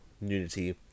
nudity